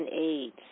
AIDS